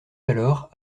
alors